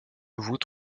voûte